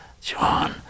John